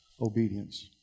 obedience